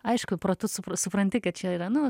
aišku protu supras supranti kad čia yra nu